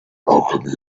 alchemy